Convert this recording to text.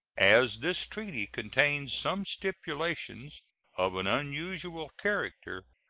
as this treaty contains some stipulations of an unusual character,